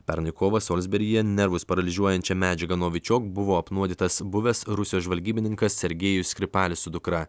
pernai kovą solsberyje nervus paralyžiuojančia medžiaga novičiok buvo apnuodytas buvęs rusijos žvalgybininkas sergejus skripalis su dukra